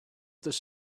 this